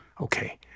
Okay